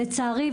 לצערי,